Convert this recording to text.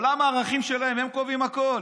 בעולם הערכים שלהם הם קובעים הכול,